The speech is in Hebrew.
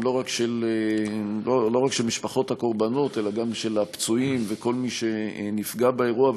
לא רק של משפחות הקורבנות אלא גם של הפצועים ושל כל מי שנפגע באירוע,